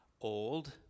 old